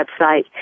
website